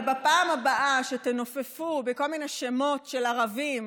אבל בפעם הבאה שתנופפו בכל מיני שמות של ערבים